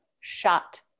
shot